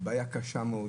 יש שם בעיה קשה מאוד,